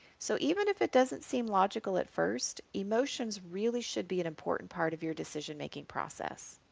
so even if it doesn't seem logical at first, emotions really should be an important part of your decision-making process.